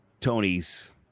Tony's